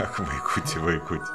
ak vaikuti vaikuti